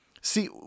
See